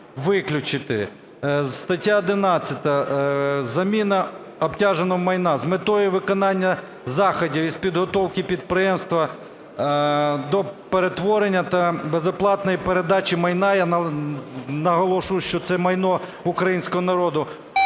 виключити. Стаття 11 "Заміна обтяженого майна". З метою виконання заходів з підготовки підприємства до перетворення та безоплатної передачі майна, - я наголошу, що це майно українського народу,